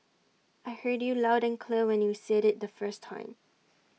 I heard you loud and clear when you said IT the first time